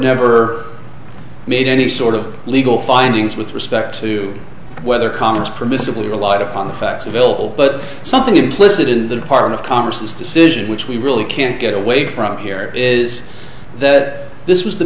never made any sort of legal findings with respect to whether congress permissible relied upon the facts available but something implicit in the part of congress decision which we really can't get away from here is that this was the